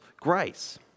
grace